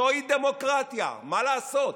זוהי דמוקרטיה, מה לעשות.